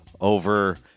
over